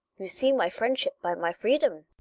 you see my friendship by my freedom.